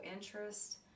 interest